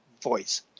voice